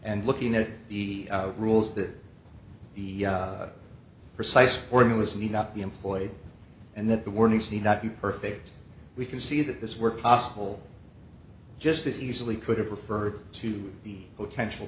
and looking at the rules that the precise formulas need not be employed and that the warnings need not be perfect we can see that this were possible just as easily could have referred to the potential